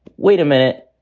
wait a minute,